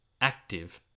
active